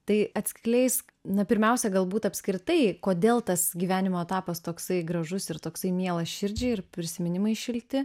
tai atskleisk na pirmiausia galbūt apskritai kodėl tas gyvenimo etapas toksai gražus ir toksai mielas širdžiai ir prisiminimai šilti